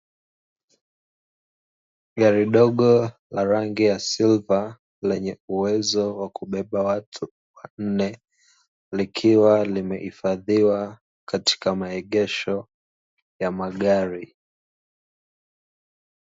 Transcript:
Gari dogo la rangi ya silva lenye uwezo wa kubeba watu wanne, likiwa limehifadhiwa katika maegesho ya magari.